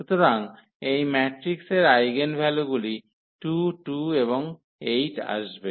সুতরাং এই ম্যাট্রিক্সের আইগেনভ্যালুগুলি 2 2 এবং 8 আসবে